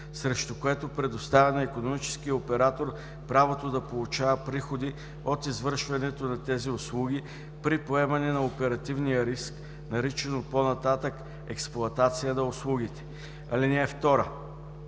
срещу което предоставя на икономическия оператор правото да получава приходи от извършването на тези услуги при поемане на оперативния риск, наричано по-нататък „експлоатация на услугите“.